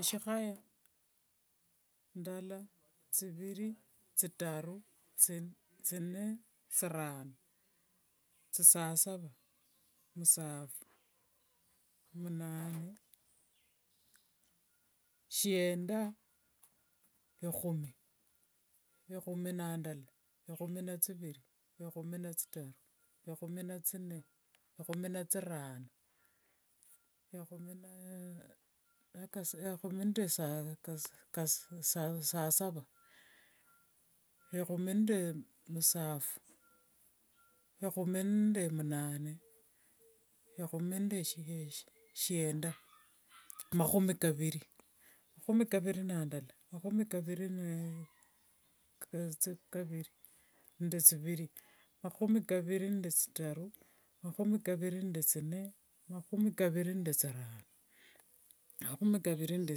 Eshihaya, ndala, tsiviri, tsitaru, tsine, tsirano, tsisasava, tsisafu, munane, shienda, ehumi. Ehumi na ndala, ehumi na tsiviri, ehumi na tsitaru, ehumi na tsine, ehumi na tsirano, ehumi na kasasava, ehumi nde msafu, ehumi nde mnane, ehumi nde shienda, mahumi kaviri. Mahumi kaviri na ndala, mahumi kaviri nde kaviri, mahumi kaviri nde tsitaru, mahumi kaviri nde tsine, mahumi kaviri nde tsirano, mahumi kaviri nde